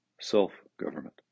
self-government